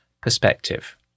perspective